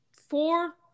four